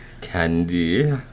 Candy